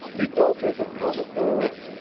he felt his opponent go limp,